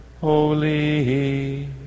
Holy